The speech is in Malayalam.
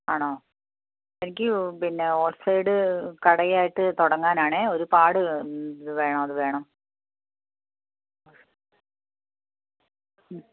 ആണോ എനിക്ക് പിന്നെ റോഡ് സൈഡ് കടയായിട്ട് തുടങ്ങാനാണേ ഒരുപാട് ഇത് വേണം അത് വേണം